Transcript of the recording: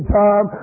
time